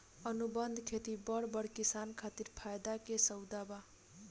अनुबंध खेती बड़ बड़ किसान खातिर फायदा के सउदा बा